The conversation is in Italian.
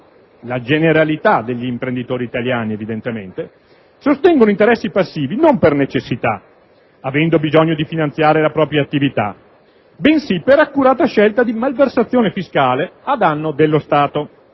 (la generalità degli imprenditori italiani, evidentemente) sostengono interessi passivi non per necessità, avendo bisogno di finanziare la propria attività, bensì per accurata scelta di malversazione fiscale a danno dello Stato,